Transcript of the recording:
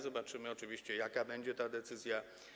Zobaczymy oczywiście, jaka będzie ta decyzja.